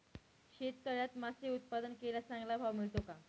शेततळ्यात मासे उत्पादन केल्यास चांगला भाव मिळतो का?